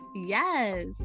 yes